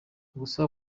gusa